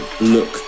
look